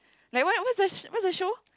like what what's that sh~ what's the show